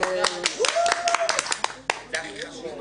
(מחיאות כפיים)